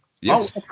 Yes